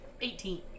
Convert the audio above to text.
Eighteen